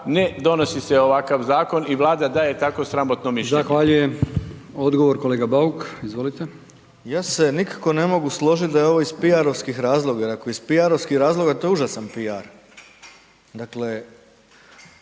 ne donosi se ovakav zakon i Vlada daje takvo sramotno mišljenje.